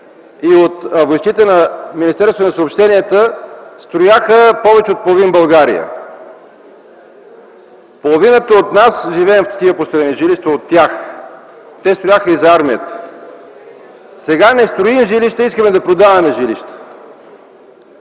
и Войските на Министерството на съобщенията строяха повече от половин България. Половината от нас живеем в жилища, построени от тях. Те строяха и за армията. (Реплика от КБ.) Сега не строим жилища, искаме да продаваме жилища.